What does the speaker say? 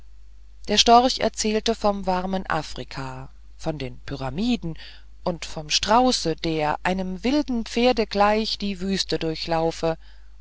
der storch erzählte vom warmen afrika von den pyramiden und vom strauße der einem wilden pferde gleich die wüste durchlaufe